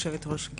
גברתי היושבת-ראש,